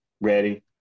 ready